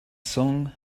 song